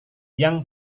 yang